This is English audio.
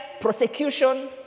prosecution